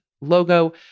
logo